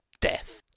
death